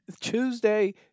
Tuesday